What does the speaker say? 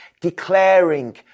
declaring